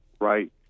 right